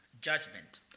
judgment